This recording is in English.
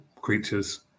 creatures